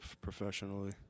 professionally